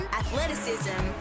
athleticism